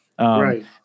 Right